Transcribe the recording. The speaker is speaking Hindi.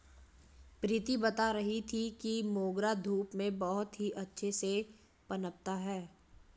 प्रीति बता रही थी कि मोगरा धूप में बहुत ही अच्छे से पनपता है